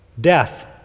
death